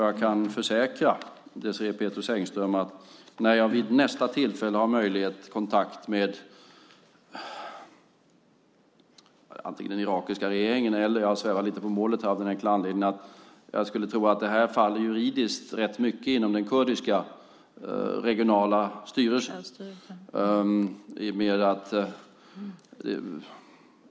Jag kan försäkra Désirée Pethrus Engström om att jag ska ta upp detta när jag vid nästa tillfälle har möjlighet till kontakt med antingen den irakiska regeringen eller den kurdiska regionala regeringen. Jag svävar lite på målet av den enkla anledningen att jag skulle tro att det här juridiskt till stor del faller under den kurdiska regionala självstyrelsen.